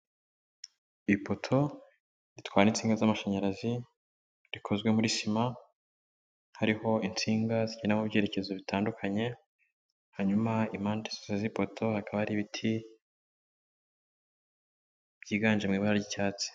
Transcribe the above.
Ipoto ritwara insinga z'amashanyarazi, rikozwe muri sima, hariho insinga zigenda mu byerekezo bitandukanye, hanyuma impande zose z'ipoto hakaba hari ibiti byiganje mu ibara ry'icyatsi.